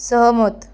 सहमत